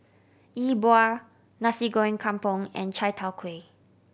Yi Bua Nasi Goreng Kampung and chai tow kway